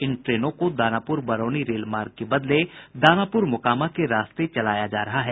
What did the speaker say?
इन ट्रेनों को दानापूर बरौनी रेलमार्ग के बदले दानापूर मोकामा के रास्ते से चलाया जा रहा है